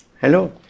Hello